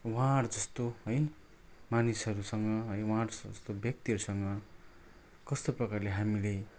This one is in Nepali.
उहाँहरू जस्तो है मानिसहरूसँग है उहाँहरू जस्तो व्यक्तिहरूसँग कस्तो प्रकारले हामीले